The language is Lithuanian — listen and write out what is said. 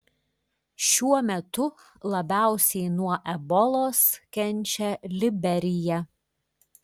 šiuo metu labiausiai nuo ebolos kenčia liberija